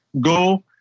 go